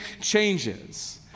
changes